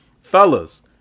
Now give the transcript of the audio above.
Fellas